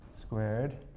squared